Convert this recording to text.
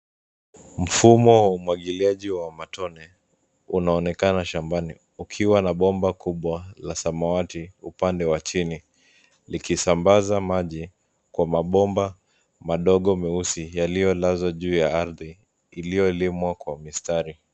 Mfumo wa umwagiliaji wa matone, unaonekana shambani. Ukiwa na bomba kubwa, la samawati, upande wa chini. Likisambaza maji kwa mabomba, madogo meusi, yaliyolazwa juu ya ardhi, iliyolimwa kwa mistari